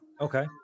Okay